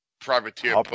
Privateer